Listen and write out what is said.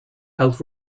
held